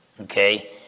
Okay